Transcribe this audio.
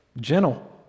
gentle